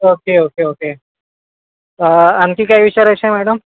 okay okay okay आणखी काही विचारायचं आहे मॅडम